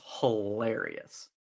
hilarious